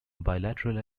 bilateral